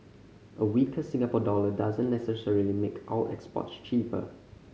a weaker Singapore dollar doesn't necessarily make our exports cheaper